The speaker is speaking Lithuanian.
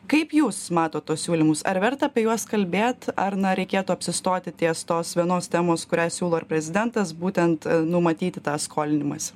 kaip jūs matot tuos siūlymus ar verta apie juos kalbėt ar na reikėtų apsistoti ties tos vienos temos kurią siūlo ir prezidentas būtent numatyti tą skolinimąsi